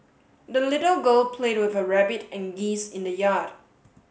the little girl played with her rabbit and geese in the yard